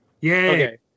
Yay